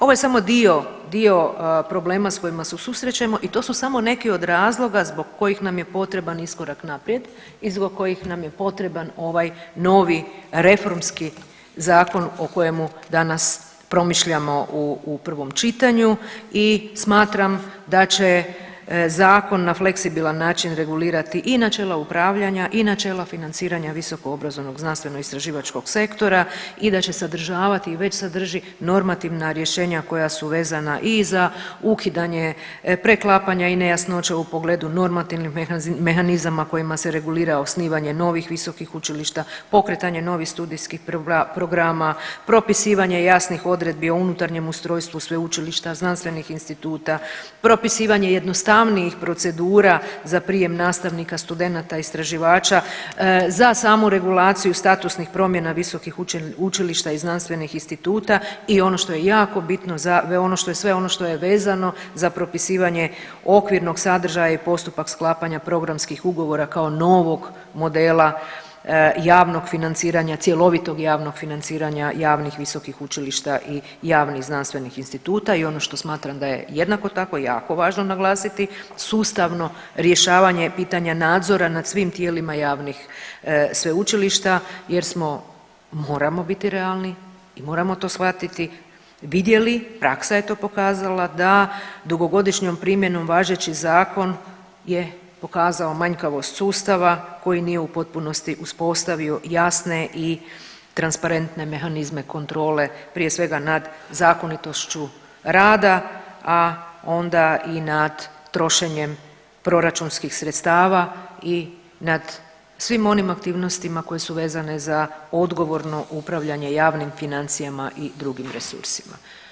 Ovo su samo, ovo je samo dio, dio problema s kojima se susrećemo i to su samo neki od razloga zbog kojih nam je potreban iskorak naprijed i zbog kojih nam je potreban ovaj novi reformski zakon o kojemu danas promišljamo u prvom čitanju i smatram da će Zakon na fleksibilan način regulirati i načela upravljanja i načela financiranje visokoobrazovnog znanstvenoistraživačkog sektora i da će sadržavati i već sadrži normativna rješenja koja su vezana i za ukidanje preklapanja i nejasnoće u pogledu normativnih mehanizama koji se regulira osnivanje novih visokih učilišta, pokretanje novih studijskih programa, propisivanje jasnih odredbi o unutarnjem ustrojstvu sveučilišta, znanstvenih instituta, propisivanje jednostavnijih procedura za prijem nastavnika, studenata, istraživača za samu regulaciju statusnih promjena visokih učilišta i znanstvenih instituta i ono što je jako bitno za ono što je, sve ono što je vezano za propisivanje okvirnog sadržaja i postupak sklapanja programskih ugovora kao novog modela javnog financiranja, cjelovitog javnog financiranja javnih visokih učilišta i javnih znanstvenih instituta i ono što smatram da je jednako tako, jako važno naglasiti, sustavno rješavanje pitanja nadzora nad svim tijelima javnih sveučilišta jer smo, moram biti realni i moramo to shvatiti, vidjeli, praksa je to pokazala, da dugogodišnjom primjenom, važeći zakon je pokazao manjkavost sustava koji nije u potpunosti uspostavio jasne i transparentne mehanizme kontrole, prije svega nad zakonitošću rada, a onda i nad trošenjem proračunskih sredstava i nad svim onim aktivnostima koje vezane za odgovorno upravljanje javnim financijama i drugim resursima.